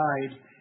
died